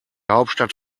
hauptstadt